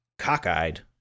cockeyed